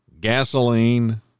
gasoline